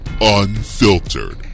Unfiltered